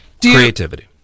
Creativity